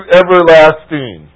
everlasting